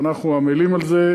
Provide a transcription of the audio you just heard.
ואנחנו עמלים על זה,